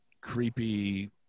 creepy